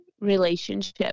relationship